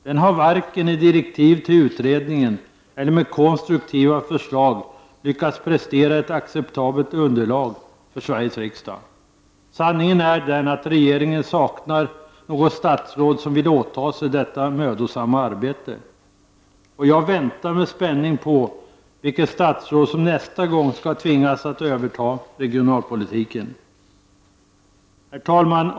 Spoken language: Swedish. Den har varken i direktiv till utredningen eller med konstruktiva förslag lyckats prestera ett acceptabelt underlag för Sveriges riksdag. Sanningen är den att regeringen saknar ett statsråd som vill åta sig detta mödosamma arbete. Jag väntar med spänning på vilket statsråd som nästa gång skall tvingas att överta regionalpolitiken. Herr talman!